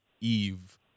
eve